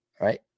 right